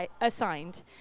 assigned